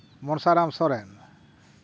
Mansaram Soren